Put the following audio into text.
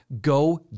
go